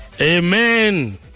Amen